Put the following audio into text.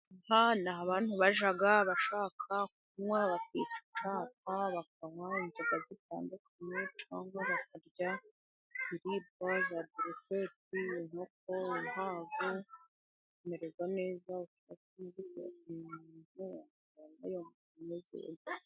Aha ni aho abantu bajya. Abashaka kunywa bakica icyaka, bakanywa inzoga zitandukanye cyangwa bakarya ibiribwa za burushete , inkoko inkwavu. Bakamererwa neza .......